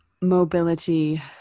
mobility